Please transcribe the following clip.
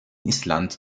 island